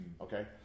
okay